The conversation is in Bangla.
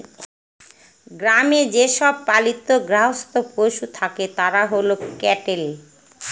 গ্রামে যে সব পালিত গার্হস্থ্য পশু থাকে তারা হল ক্যাটেল